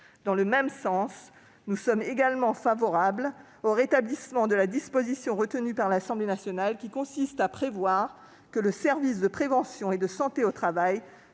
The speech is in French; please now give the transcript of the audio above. Dans le même sens, nous sommes également favorables au rétablissement de la disposition retenue par l'Assemblée nationale selon laquelle le service de prévention et de santé au travail